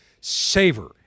savor